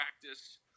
practice